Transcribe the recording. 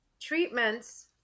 treatments